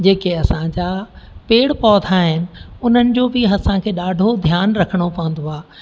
जेके असांजा पेड़ पौधा आहिनि उन्हनि जो बि असांखे ॾाढो ध्यानु रखिणो पवंदो आहे